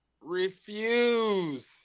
refuse